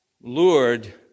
lured